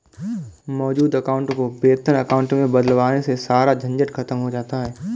मौजूद अकाउंट को वेतन अकाउंट में बदलवाने से सारा झंझट खत्म हो जाता है